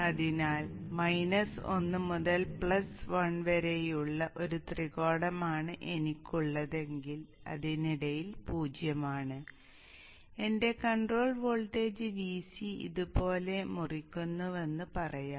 അതിനാൽ മൈനസ് ഒന്ന് മുതൽ പ്ലസ് വൺ വരെയുള്ള ഒരു ത്രികോണമാണ് എനിക്കുള്ളതെങ്കിൽ അതിനിടയിൽ പൂജ്യമാണ് എന്റെ കൺട്രോൾ വോൾട്ടേജ് Vc ഇതുപോലെ മുറിക്കുന്നുവെന്ന് പറയാം